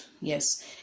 yes